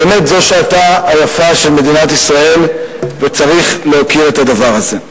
באמת זו שעתה היפה של מדינת ישראל וצריך להוקיר את הדבר הזה.